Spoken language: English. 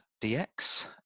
DX